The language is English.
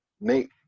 Nate